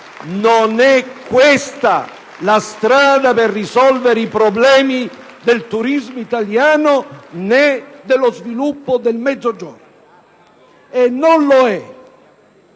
Non è questa la strada per risolvere i problemi del turismo italiano né dello sviluppo del Mezzogiorno. Non lo è.